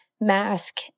mask